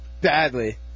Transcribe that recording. badly